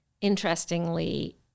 interestingly